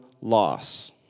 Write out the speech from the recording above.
loss